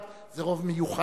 61 זה רוב מיוחס.